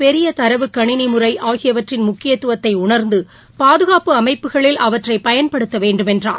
பெரிய தரவு கணினி முறை ஆகியவற்றின் முக்கியத்துவத்தை உணா்ந்து பாதுகாப்பு அமைப்புகளில் அவற்றை பயன்படுத்தவேண்டும் என்றார்